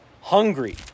hungry